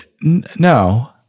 No